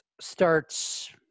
starts